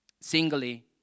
singly